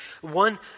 one